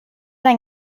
ein